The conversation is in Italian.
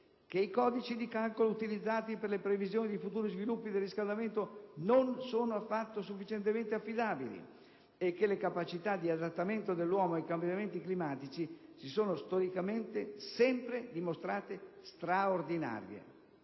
che i codici di calcolo utilizzati per le previsioni dei futuri sviluppi del riscaldamento non sono affatto sufficientemente affidabili e che le capacità di adattamento dell'uomo ai cambiamenti climatici si sono storicamente sempre dimostrate straordinarie.